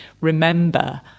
remember